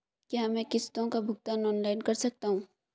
क्या मैं किश्तों का भुगतान ऑनलाइन कर सकता हूँ?